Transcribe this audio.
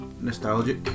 nostalgic